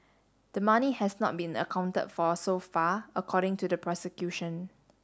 the money has not been accounted for so far according to the prosecution